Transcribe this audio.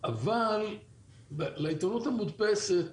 אבל לעיתונות המודפסת,